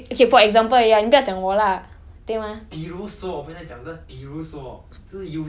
eh 我没有我没有问这种白痴的问题 okay okay for example ya 你不要讲我 lah 对吗